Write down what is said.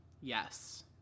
Yes